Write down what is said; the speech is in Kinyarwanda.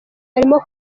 arimo